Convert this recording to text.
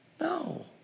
No